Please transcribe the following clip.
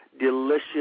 delicious